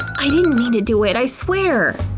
i didn't mean to do it, i swear!